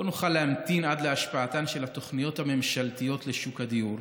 לא נוכל להמתין עד להשפעתן של התוכניות הממשלתיות על שוק הדיור,